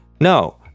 no